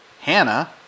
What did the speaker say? Hannah